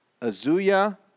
Azuya